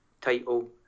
title